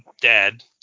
dead